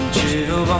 Chill